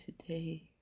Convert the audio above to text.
today